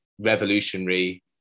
revolutionary